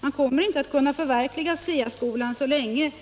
Man kommer därför inte att kunna förverkliga SIA-skolan så länge